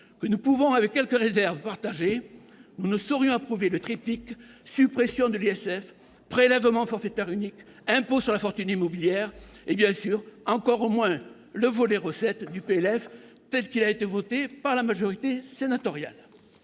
que nous pouvons, avec quelques réserves, partager, nous ne saurions approuver le triptyque suppression de l'ISF, prélèvement forfaitaire unique, impôt sur la fortune immobilière et, bien entendu, encore moins le volet « recettes » du projet de loi de finances tel qu'il a été voté par la majorité sénatoriale.